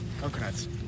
coconuts